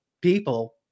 people